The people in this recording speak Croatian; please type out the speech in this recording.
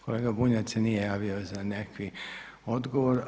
Kolega Bunjac se nije javio za nekakvi odgovor.